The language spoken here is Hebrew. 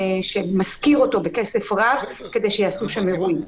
שמשכיר אותו בכסף רב כדי שיעשו שם אירועים.